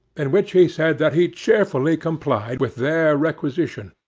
in which he said that he cheerfully complied with their requisition,